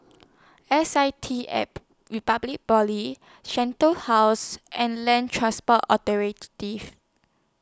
S I T app Republic Poly Shenton House and Land Transport Authority